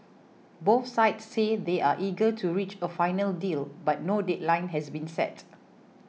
both sides say they are eager to reach a final deal but no deadline has been set